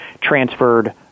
transferred